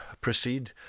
proceed